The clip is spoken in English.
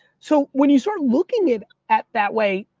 so, when you start looking at at that way,